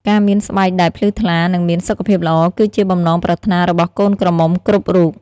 ការមានស្បែកដែលភ្លឺថ្លា និងមានសុខភាពល្អ គឺជាបំណងប្រាថ្នារបស់កូនក្រមុំគ្រប់រូប ។